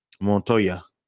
Montoya